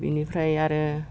बेनिफ्राय आरो